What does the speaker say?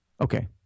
Okay